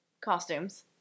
costumes